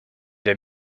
they